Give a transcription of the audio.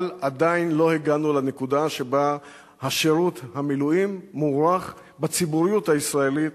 אבל עדיין לא הגענו לנקודה שבה שירות המילואים מוערך בציבוריות הישראלית